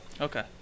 Okay